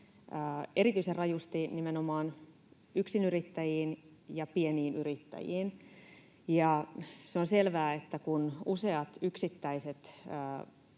erityisen rajusti nimenomaan yksinyrittäjiin ja pieniin yrittäjiin. Se on selvää, että kun useat yksittäiset